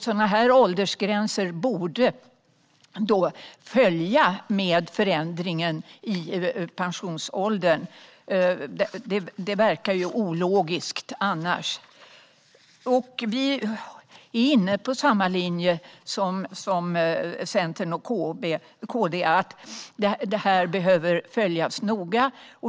Sådana här åldersgränser borde därför följa med förändringen i pensionsåldern; det verkar ologiskt annars. Vi är inne på samma linje som Centerpartiet och Kristdemokraterna, nämligen att det här behöver följas noga.